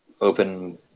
open